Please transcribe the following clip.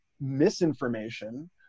misinformation